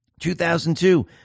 2002